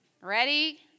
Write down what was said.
Ready